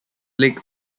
lake